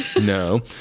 No